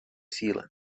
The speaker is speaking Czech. síle